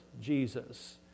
Jesus